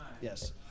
Yes